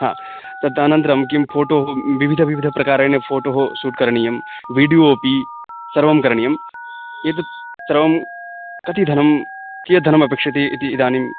हा तद् अनन्तरं किं फोटो विविध विविध प्रकारेण फ़ोटोः शूट् करणीयं वीडियो अपि सर्वं करणीयम् एतत् सर्वं कति धनं कियत् धनमपेक्षते इति इदानीं